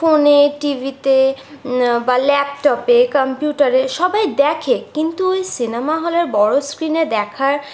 ফোনে টিভিতে বা ল্যাপটপে কম্পিউটারে সবাই দেখে কিন্তু ওই সিনেমা হলের বড়ো স্ক্রিনে দেখার